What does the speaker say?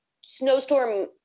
snowstorm